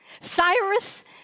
Cyrus